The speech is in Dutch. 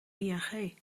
ing